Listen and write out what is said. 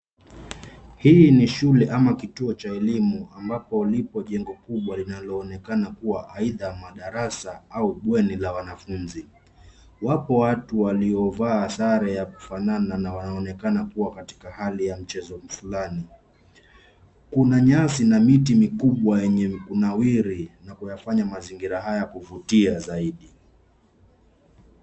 Hii ni shule ama kituo cha elimu ambapo lipo jengo kubwa linaloonekana kuwa aidha madarasa au bweni la wanafunzi. Wapo watu waliovaa sare ya kufanana na wanaonekana kuwa katika hali ya mchezo fulani. Kuna nyasi na miti mikubwa yenye kunawiri na kunafanya mazingira haya ya kuvutia zaidi.